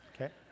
okay